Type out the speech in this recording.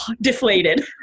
deflated